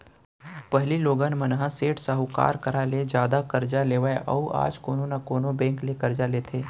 पहिली लोगन मन ह सेठ साहूकार करा ले जादा करजा लेवय अउ आज कोनो न कोनो बेंक ले करजा लेथे